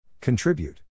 Contribute